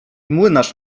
młynarz